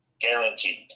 guaranteed